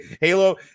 Halo